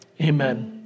Amen